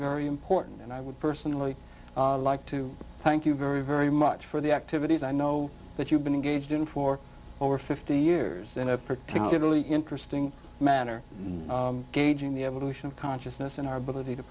very important and i would personally like to thank you very very much for the activities i know that you've been engaged in for over fifty years in a particularly interesting manner and gauging the evolution of consciousness and our ability to